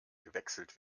gewechselt